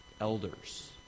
elders